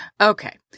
Okay